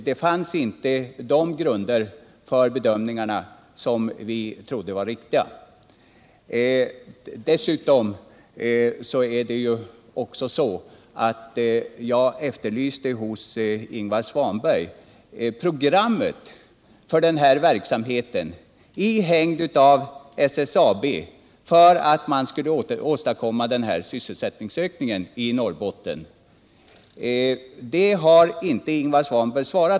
De grunder för bedömningarna som vi hade då visade sig sedan inte vara riktiga. Jag efterlyste hos Ingvar Svanberg programmet för en verksamhet i hägn av SSAB för att åstadkomma en sysselsättningsökning i Norrbotten. Jag har inte fått något svar.